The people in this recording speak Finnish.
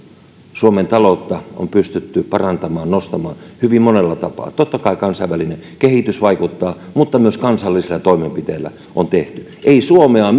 suomen taloutta on pystytty parantamaan nostamaan hyvin monella tapaa totta kai kansainvälinen kehitys vaikuttaa mutta myös kansallisia toimenpiteitä on tehty ei suomea